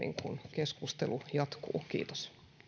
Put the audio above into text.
keskustelu jatkuu kiitos